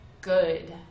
good